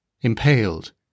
impaled